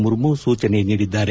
ಮುರ್ಮು ಸೂಚನೆ ನೀಡಿದ್ದಾರೆ